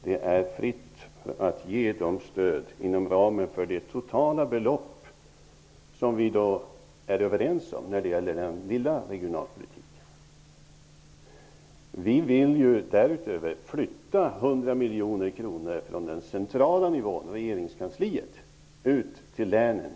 Det är fritt att ge stöd inom ramen för det totala belopp som vi är överens om när det gäller den lilla regionalpolitiken. Vi vill därutöver flytta 100 miljoner kronor från den centrala nivån, regeringskansliet, direkt ut till länen.